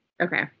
okay